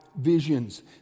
visions